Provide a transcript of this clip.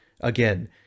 again